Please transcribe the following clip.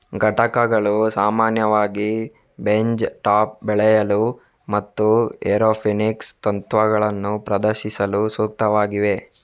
ಘಟಕಗಳು ಸಾಮಾನ್ಯವಾಗಿ bench top ಬೆಳೆಯಲು ಮತ್ತು ಏರೋಪೋನಿಕ್ಸ್ ತತ್ವಗಳನ್ನು ಪ್ರದರ್ಶಿಸಲು ಸೂಕ್ತವಾಗಿವೆ